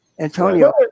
Antonio